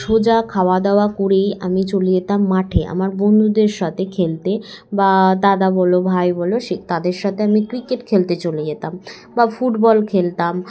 সোজা খাওয়া দাওয়া করেই আমি চলে যেতাম মাঠে আমার বন্ধুদের সাথে খেলতে বা দাদা বলো ভাই বলো সে তাদের সাথে আমি ক্রিকেট খেলতে চলে যেতাম বা ফুটবল খেলতাম